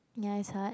ya it's hard